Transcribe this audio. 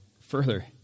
further